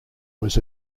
was